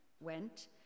went